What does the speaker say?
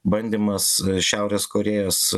bandymas šiaurės korėjos